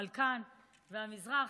בלקן והמזרח,